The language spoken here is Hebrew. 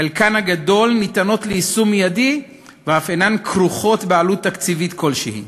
בחלקן הגדול ניתנות ליישום מיידי ואף אינן כרוכות בעלות תקציבית כלשהי.